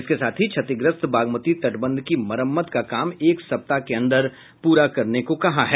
इसके साथ ही क्षतिग्रस्त बागमती तटबंध की मरम्मत का काम एक सप्ताह के अंदर पूरा करने को कहा है